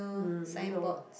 mm no